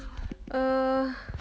err